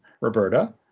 Roberta